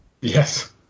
Yes